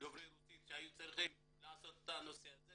ולדוברי רוסית שהיו צריכים לעשות את הנושא הזה.